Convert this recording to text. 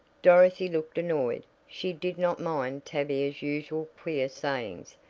dorothy looked annoyed. she did not mind tavia's usual queer sayings,